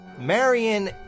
Marion